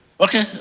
okay